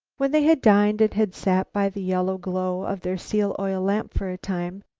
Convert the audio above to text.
when they had dined, and had sat by the yellow glow of their seal-oil lamp for a time,